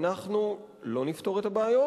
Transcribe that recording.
אנחנו לא נפתור את הבעיות.